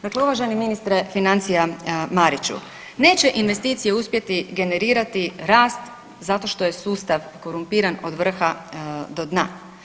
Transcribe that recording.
Dakle uvaženi ministre financija Mariću neće investicije uspjeti generirati rast zato što je sustav korumpiran od vrha do dna.